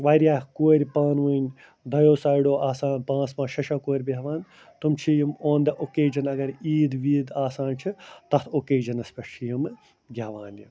واریاہ کورِ پانہٕ وٲنۍ دۄیَو سایڈَو آسان پانٛژھ پانٛژھ شےٚ شےٚ کورِ بیٚہوان تِم چھِ یِم آن دَ اوکیجَن اگر عیٖد ویٖد آسان چھِ تَتھ اوکیجَنَس پٮ۪ٹھ چھِ یِمہٕ گٮ۪وان یہِ